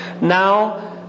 now